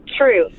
True